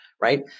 right